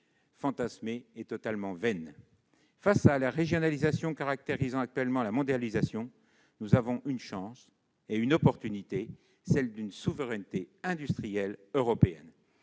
fantasmé est totalement vain. Face à la régionalisation caractérisant actuellement la mondialisation, nous avons une chance à saisir : celle d'une souveraineté industrielle européenne.